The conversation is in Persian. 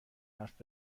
حرف